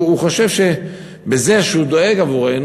הוא חושב שבזה שהוא דואג לנו,